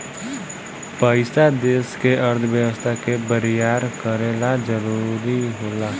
पइसा देश के अर्थव्यवस्था के बरियार करे ला जरुरी होला